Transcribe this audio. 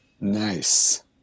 Nice